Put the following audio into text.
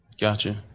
Gotcha